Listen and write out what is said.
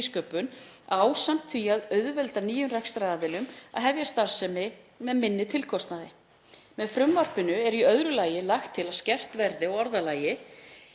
ásamt því að auðvelda nýjum rekstraraðilum að hefja starfsemi með minni tilkostnaði. Með frumvarpinu er í öðru lagi lagt til að skerpt verði á orðalagi